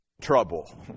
trouble